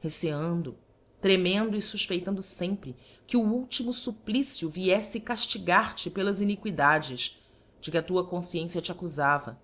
receando tremendo e fufpeitando fempre que o ultimo fupplicio vieífe caftigar te pelas iniquidades de que a tua confciencia te accufava